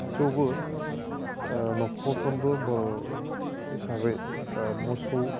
थेवबो न'खरफ्रोमबो बर' हिसाबै मोसौ